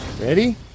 Ready